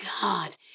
God